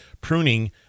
pruning